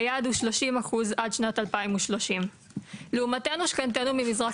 והיעד הוא 30% עד שנת 2030. לעומתנו שכנתנו ממזרח,